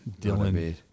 Dylan